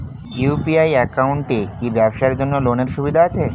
UPI একাউন্টে কি ব্যবসার জন্য লোনের সুবিধা আছে?